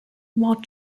while